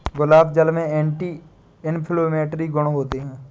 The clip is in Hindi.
गुलाब जल में एंटी इन्फ्लेमेटरी गुण होते हैं